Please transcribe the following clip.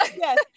Yes